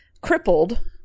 crippled